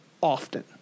often